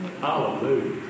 Hallelujah